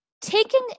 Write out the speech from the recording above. taking